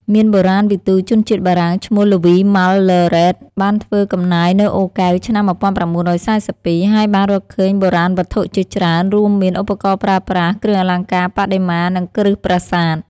មានបុរាណវិទូជនជាតិបារាំងឈ្មោះ ល្វី ម៉ាល់ឡឺរ៉េត បានធ្វើកំណាយនៅអូរកែវ ឆ្នាំ១៩៤២ ហើយបានរកឃើញបុរាណវត្ថុជាច្រើន រួមមានឧបករណ៍ប្រើប្រាស់ គ្រឿងអលង្ការ បដិមា និងគ្រឹះប្រាសាទ។